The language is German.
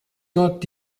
dort